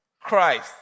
Christ